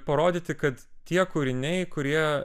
parodyti kad tie kūriniai kurie